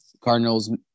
Cardinals